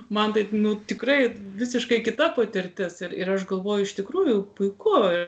man taip nu tikrai visiškai kita patirtis ir ir aš galvoju iš tikrųjų puiku ir